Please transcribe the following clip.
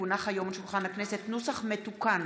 כי הונח היום על שולחן הכנסת נוסח מתוקן